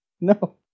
No